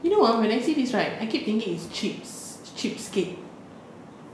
you know ah when I see this right I keep thinking is cheap~ cheapskate